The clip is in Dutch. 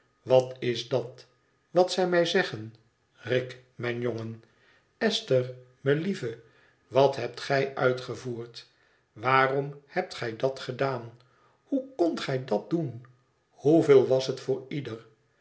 wat is dat wat zij mij zeggen rick mijn jongen esther melieve wat hebt gij uitgevoerd waarom hebt gij dat gedaan hoe kondt gij dat doen hoeveel was het voor ieder